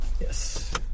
Yes